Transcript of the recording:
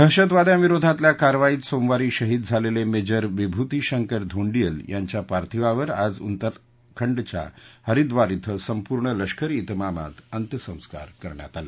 दहशतवाद्यांविरोधातल्या कारवाईत सोमवारी शहीद झालेले मेजर विभुती शंकर धोंडियल यांच्या पार्थिवावर आज उत्तराखंडच्या हरिद्वार इथं संपूणै लष्करी इतमामात अत्यसंस्कार करण्यात आले